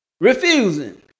refusing